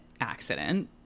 accident